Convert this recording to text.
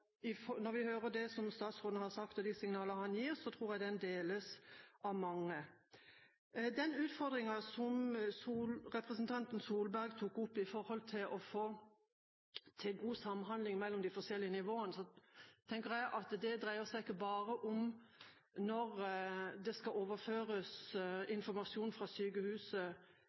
deler jeg. Når vi hører det som statsråden sier, og de signalene han gir, tror jeg dette deles av mange. Den utfordringen som representanten Solberg tok opp for å få til god samhandling mellom de forskjellige nivåene, tenker jeg ikke bare dreier seg om at det skal overføres informasjon fra